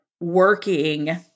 working